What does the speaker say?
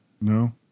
no